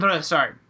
Sorry